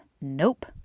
Nope